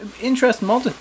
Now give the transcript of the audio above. interesting